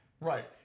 Right